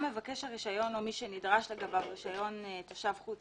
מבקש הרישיון או מי שנדרש לגביו רישיון תושב חוץ,